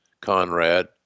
Conrad